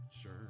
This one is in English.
sure